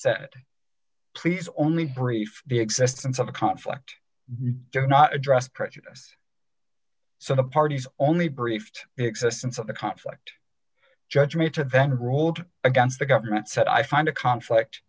said please only brief the existence of a conflict does not address prejudice so the parties only briefed existence of the conflict judge made to then ruled against the government said i find a conflict